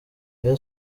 rayon